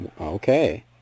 okay